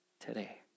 today